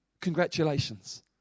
Congratulations